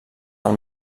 del